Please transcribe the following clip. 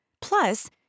Plus